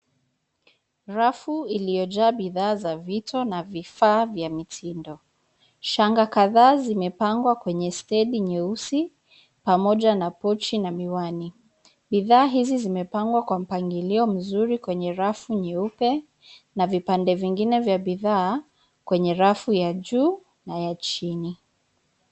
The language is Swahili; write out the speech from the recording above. Rafu iliyojaa bidhaa za vito na vifaa vya mtindo. Shanga kadhaa zimepangwa kwenya stedi nyeusi pamoja pochi na miwani. Bidhaa hizi zimepangwa kwa mpangilio mzuri kwenye rafu nyeupe na vipande vingine vya bidhaa kwenye rafu ya juu na ya chini.